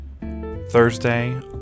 Thursday